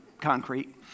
concrete